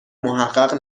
محقق